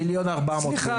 1,400 מיליון להתמחות.